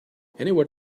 anywhere